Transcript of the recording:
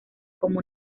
como